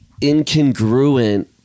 incongruent